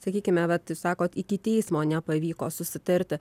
sakykime vat jūs sakot iki teismo nepavyko susitarti